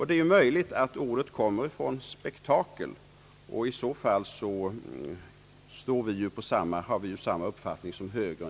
Det är möjligt att ordet kommer från »spektakel», och i så fall har vi ju samma uppfattning som högern.